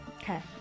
Okay